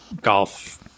golf